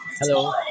Hello